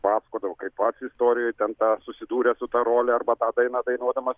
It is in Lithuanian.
pasakodavo kaip pats istorijoj ten tą susidūrė su ta role arba tą dainą dainuodamas